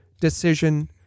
decision